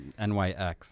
NYX